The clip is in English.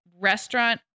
restaurant